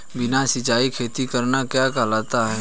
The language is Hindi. बिना सिंचाई खेती करना क्या कहलाता है?